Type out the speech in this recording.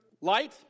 Light